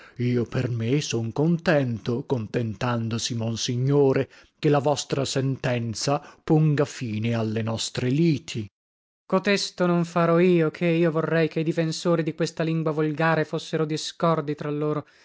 io per me son contento contentandosi monsignore che la vostra sentenza ponga fine alle nostre liti laz cotesto non farò io ché io vorrei che i difensori di questa lingua volgare fossero discordi tra loro